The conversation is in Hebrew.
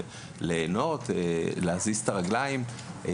להזיז את הרגליים,